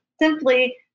simply